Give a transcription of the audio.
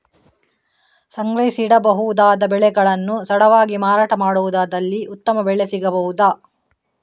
ಸಂಗ್ರಹಿಸಿಡಬಹುದಾದ ಬೆಳೆಗಳನ್ನು ತಡವಾಗಿ ಮಾರಾಟ ಮಾಡುವುದಾದಲ್ಲಿ ಉತ್ತಮ ಬೆಲೆ ಸಿಗಬಹುದಾ?